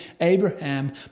Abraham